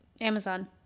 Amazon